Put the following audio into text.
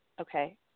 Okay